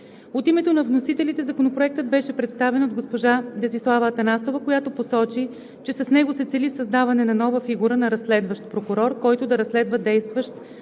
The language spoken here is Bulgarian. От името на вносителите Законопроектът беше представен от госпожа Десислава Атанасова, която посочи, че с него се цели създаване на нова фигура на разследващ прокурор, който да разследва действията